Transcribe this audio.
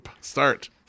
start